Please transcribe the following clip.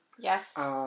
Yes